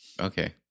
Okay